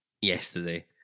yesterday